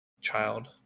child